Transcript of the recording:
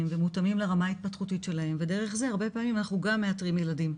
ומותאמים לרמה התפתחותית שלהם והרבה פעמים אנחנו גם מאתרים ילדים.